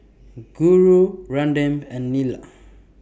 Guru Ramdev and Neila